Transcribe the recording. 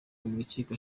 rukiko